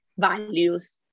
values